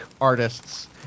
artists